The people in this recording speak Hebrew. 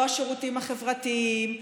לא השירותים החברתיים,